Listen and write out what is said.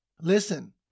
Listen